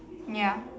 ya